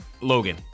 Logan